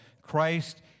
Christ